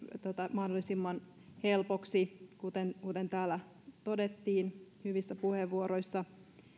mahdollisimman helpoksi kuten täällä todettiin hyvissä puheenvuoroissa